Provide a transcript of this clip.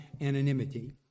anonymity